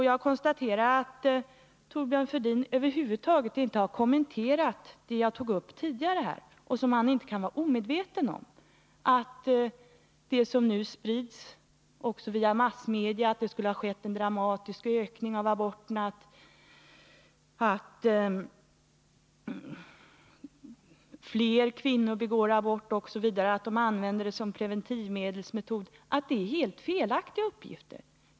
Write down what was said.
Jag konstaterar att Thorbjörn Fälldin över huvud taget inte har kommenterat det som jag tidigare tog upp här och som han inte kan vara omedveten om, nämligen att vad som nu sprids också via massmedia — att det skulle ha skett en dramatisk ökning av aborterna, att fler kvinnor skulle begå abort nu än tidigare, att de skulle använda aborten som preventivmedelsmetod osv. — det är helt felaktiga uppgifter.